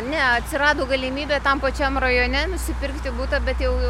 ne atsirado galimybė tam pačiam rajone nusipirkti butą bet jau